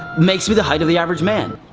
makes me the height of the average man